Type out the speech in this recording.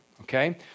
okay